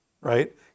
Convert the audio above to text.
Right